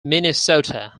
minnesota